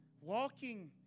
walking